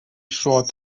sought